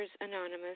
Anonymous